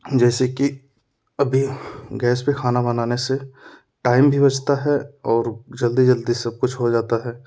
जैसे कि अभी गैस पे खाना बनाने से टाइम भी बचता है और जल्दी जल्दी सब कुछ हो जाता है